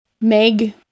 Meg